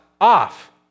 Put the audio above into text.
off